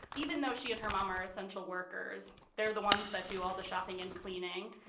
even though she and her mom are essential workers. they're the ones that do all the shopping and cleaning.